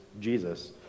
Jesus